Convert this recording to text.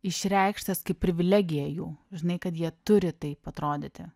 išreikštas kaip privilegija jų žinai kad jie turi taip atrodyti